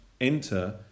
enter